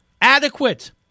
adequate